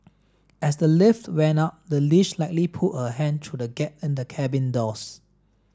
as the lift went up the leash likely pulled a hand through the gap in the cabin doors